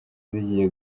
zigiye